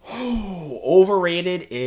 overrated